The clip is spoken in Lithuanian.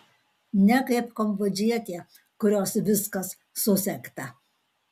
ne kaip kambodžietė kurios viskas susegta